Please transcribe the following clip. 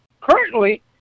currently